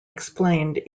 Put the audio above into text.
explained